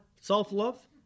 self-love